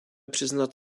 přiznat